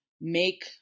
make